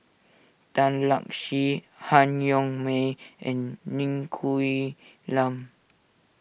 Tan Lark Sye Han Yong May and Ng Quee Lam